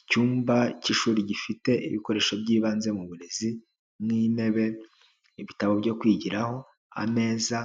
Icyumba cy'ishuri gifite ibikoresho by'ibanze mu burezi nk'intebe, ibitabo byo kwigiraho, ameza,